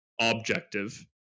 objective